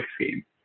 scheme